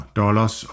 dollars